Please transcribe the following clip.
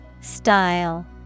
Style